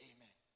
Amen